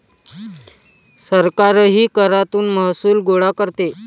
सरकारही करातून महसूल गोळा करते